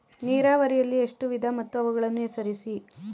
ನೀರಾವರಿಯಲ್ಲಿ ಎಷ್ಟು ವಿಧ ಮತ್ತು ಅವುಗಳನ್ನು ಹೆಸರಿಸಿ?